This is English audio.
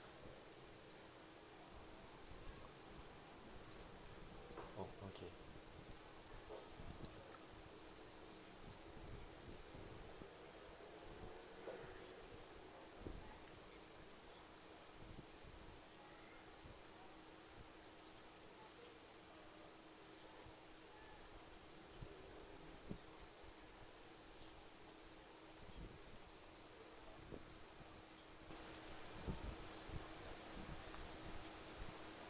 oh okay